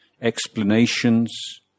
explanations